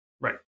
Right